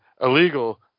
illegal